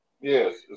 Yes